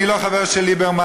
אני לא חבר של ליברמן,